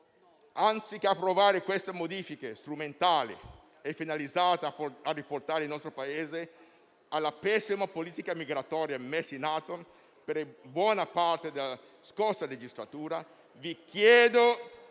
anziché approvare queste modifiche strumentali, finalizzate a riportare il nostro Paese alla pessima politica migratoria messa in atto per buona parte della scorsa legislatura, vi chiedo